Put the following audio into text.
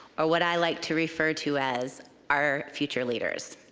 or what i like to refer to as our future leaders.